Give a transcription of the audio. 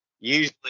Usually